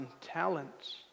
talents